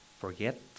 forget